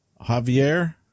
Javier